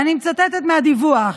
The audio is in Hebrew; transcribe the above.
ואני מצטטת מהדיווח,